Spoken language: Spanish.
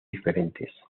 diferentes